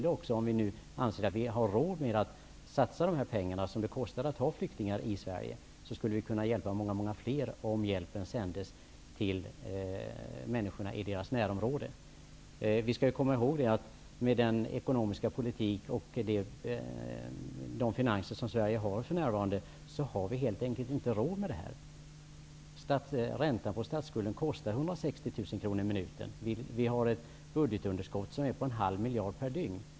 Om vi anser att vi har råd att satsa de pengar som det kostar att ha flyktingar i Sverige, skulle vi kunna hjälpa många fler om hjälpen sändes till människorna i deras närområde. Med den ekonomiska politik och de finanser som Sverige har för närvarande har vi helt enkelt inte råd med detta. Räntan på statsskulden kostar 160 000 kronor i minuten. Vi har ett budgetunder skott på en halv miljard per dygn.